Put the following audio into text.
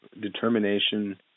determination